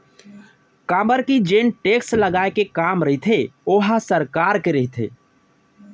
काबर के जेन टेक्स लगाए के काम रहिथे ओहा सरकार के रहिथे